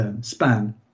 span